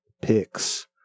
Picks